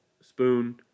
spoon